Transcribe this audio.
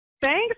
Thanks